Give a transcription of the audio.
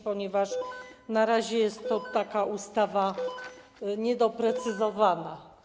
Ponieważ na razie jest to ustawa niedoprecyzowana.